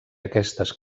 aquestes